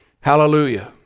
Hallelujah